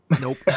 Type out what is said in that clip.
Nope